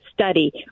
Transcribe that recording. study